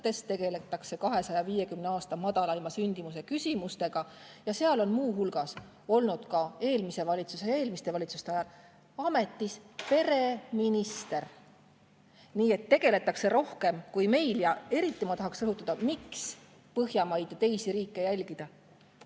tegeldakse 250 aasta madalaima sündimuse küsimustega. Ja seal on muu hulgas olnud ka eelmise valitsuse ja eelmiste valitsuste ajal ametis pereminister. Nii et [pereteemadega] tegeldakse rohkem kui meil. Ja eriti ma tahaks rõhutada, miks Põhjamaid ja teisi riike jälgida.